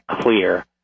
clear